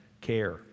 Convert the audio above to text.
care